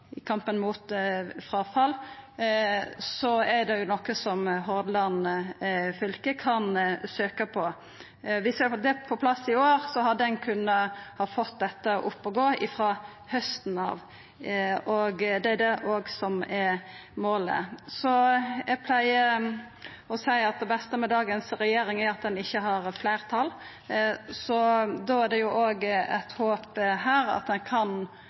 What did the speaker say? kampen mot fråfall, er det noko som Hordaland fylke kan søkja på. Dersom det er på plass i år, hadde ein kunna fått dette opp og gå frå hausten av. Det er òg det som er målet. Eg pleier å seia at det beste med dagens regjering er at den ikkje har fleirtal. Da er det òg eit håp her om at ein kanskje kan